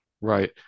right